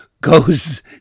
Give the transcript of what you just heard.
goes